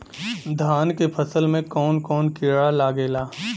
धान के फसल मे कवन कवन कीड़ा लागेला?